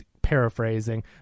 paraphrasing